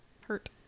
hurt